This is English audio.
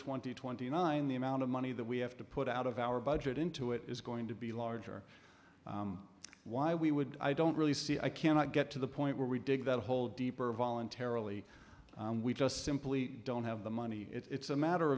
twenty twenty nine the amount of money that we have to put out of our budget into it is going to be larger why we would i don't really see i cannot get to the point where we dig that hole deeper voluntarily and we just simply don't have the money it's a matter